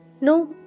No